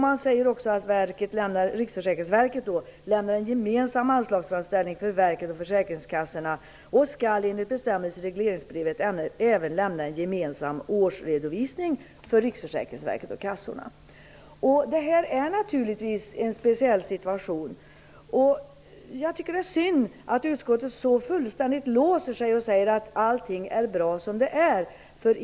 Man säger också att Riksförsäkringsverket lämnar en gemensam anslagsframställning för verket och försäkringskassorna och enligt bestämmelser i regleringsbrevet även skall lämna en gemensam årsredovisning för Riksförsäkringsverket och kassorna. Det är naturligtvis en speciell situation. Det är synd att utskottet låser sig så fullständigt och säger att allt är bra som det är.